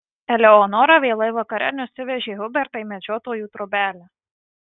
eleonora vėlai vakare nusivežė hubertą į medžiotojų trobelę